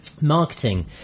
marketing